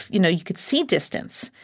you know, you could see distance,